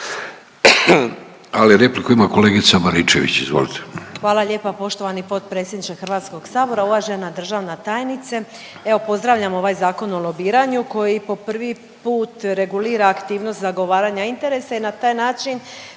Ali repliku ima kolegica Baričević, izvolite. **Baričević, Danica (HDZ)** Hvala lijepa poštovani potpredsjedniče Hrvatskog sabora, uvažena državna tajnice. Evo pozdravljam ovaj Zakon o lobiranju koji po prvi put regulira aktivnost zagovaranja interesa i na taj način